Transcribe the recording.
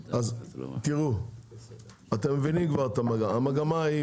אתם מבינים כבר את המגמה,